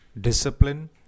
discipline